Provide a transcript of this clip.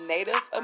Native